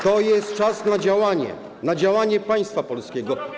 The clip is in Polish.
To jest czas na działanie, na działanie państwa polskiego.